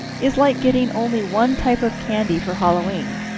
is like getting only one type of candy for halloween.